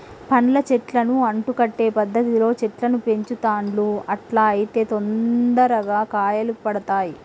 పండ్ల చెట్లను అంటు కట్టే పద్ధతిలో చెట్లను పెంచుతాండ్లు అట్లా అయితే తొందరగా కాయలు పడుతాయ్